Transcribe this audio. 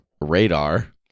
Radar